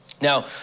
Now